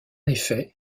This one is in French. effet